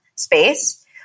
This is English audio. space